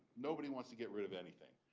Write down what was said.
nobody wants to get rid of anything.